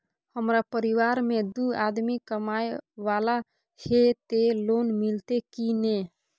हमरा परिवार में दू आदमी कमाए वाला हे ते लोन मिलते की ने?